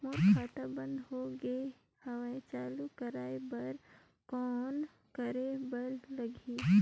मोर खाता बंद हो गे हवय चालू कराय बर कौन करे बर लगही?